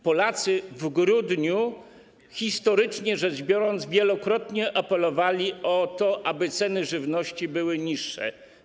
Polacy w grudniu, historycznie rzecz biorąc, wielokrotnie apelowali o to, aby ceny żywności były niższe.